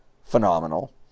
phenomenal